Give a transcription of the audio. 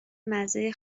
مزه